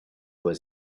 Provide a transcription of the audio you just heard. was